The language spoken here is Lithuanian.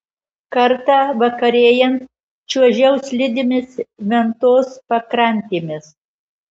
kartą vakarėjant čiuožiau slidėmis ventos pakrantėmis